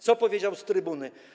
Co powiedział z trybuny?